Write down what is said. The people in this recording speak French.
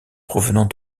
provenant